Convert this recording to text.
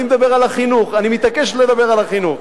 אני מדבר על החינוך, אני מתעקש לדבר על החינוך.